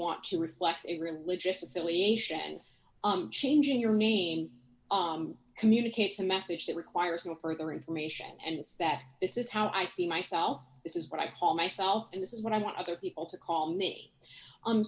want to reflect a religious affiliation and changing your name communicates a message that requires no further information and it's that this is how i see myself this is what i call myself in this is what i want other people to call me